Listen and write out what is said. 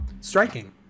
striking